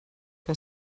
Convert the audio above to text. que